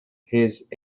his